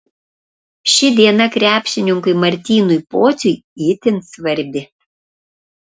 ši diena krepšininkui martynui pociui itin svarbi